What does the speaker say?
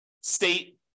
state